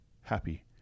happy